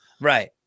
Right